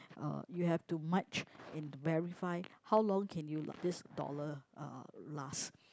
uh you have to merge and verify how long can you last this dollar uh last